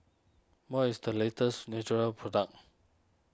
what is the latest Nutren product